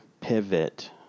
pivot